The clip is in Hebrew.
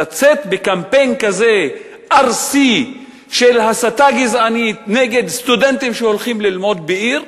לצאת בקמפיין כזה ארסי של הסתה גזענית נגד סטודנטים שהולכים ללמוד בעיר?